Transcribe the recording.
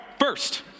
first